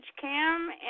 Cam